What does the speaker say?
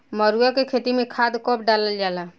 मरुआ के खेती में खाद कब डालल जाला?